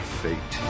fate